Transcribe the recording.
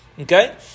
Okay